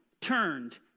turned